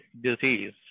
disease